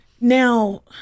Now